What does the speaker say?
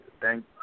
thank